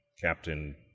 Captain